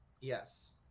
yes